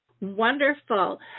Wonderful